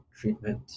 treatment